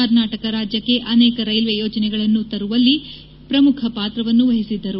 ಕರ್ನಾಟಕ ರಾಜ್ಯಕ್ಕೆ ಅನೇಕ ರೈಲ್ವೆ ಯೋಜನೆಗಳನ್ನು ತರುವಲ್ಲಿ ಪ್ರಮುಖ ಪಾತ್ರವನ್ನು ವಹಿಸಿದ್ದರು